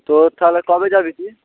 তো তাহলে কবে যাবি তুই